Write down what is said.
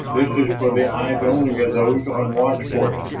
this is for the eyes only of those on watch for it.